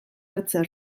hartzea